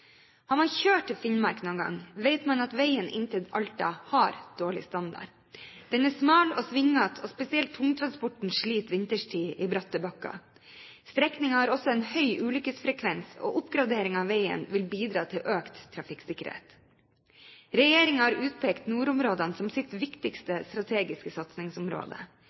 Har man kjørt til Finnmark noen gang, vet man at veien inn til Alta har dårlig standard. Den er smal og svingete, og spesielt tungtransporten sliter vinterstid i bratte bakker. Strekningen har også høy ulykkesfrekvens, og oppgradering av veien vil bidra til økt trafikksikkerhet. Regjeringen har utpekt nordområdene som sitt viktigste strategiske satsingsområde.